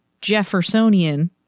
Jeffersonian